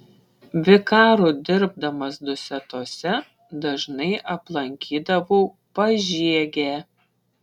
vikaru dirbdamas dusetose dažnai aplankydavau pažiegę